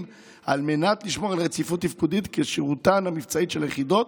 על מנת לשמור על רציפות תפקודית ועל כשירותן המבצעית של היחידות,